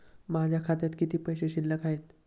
माझ्या खात्यात किती पैसे शिल्लक आहेत?